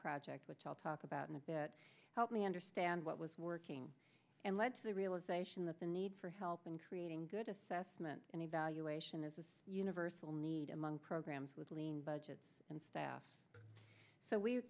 project which i'll talk about in a bit help me understand what was working and led to the realization that the need for help in creating good assessment and evaluation is a universal need among programs with lean budgets and staff so we